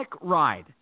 ride